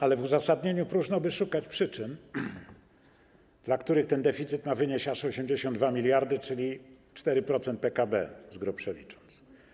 Ale w uzasadnieniu próżno by szukać przyczyn, dla których ten deficyt ma wynieść aż 82 mld zł, czyli 4% PKB z grubsza licząc.